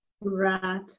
Right